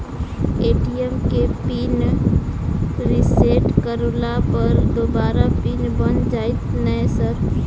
ATM केँ pin reset करला पर दोबारा पिन बन जाइत नै सर?